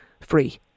free